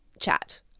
chat